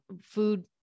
food